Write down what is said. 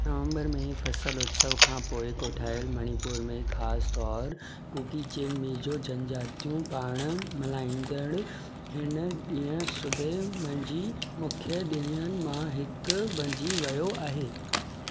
नवंबर में फसल उत्सव खां पोइ कोठायलु मणिपुर में ख़ासि तौरु कुकी चिन मिज़ो जनजातियुनि पारां मल्हाईंदड़ हिन ॾींहुं सुबुह मंझि मूंखे ॾिणनि मां हिकु बणिजी वियो आहे